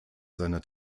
seiner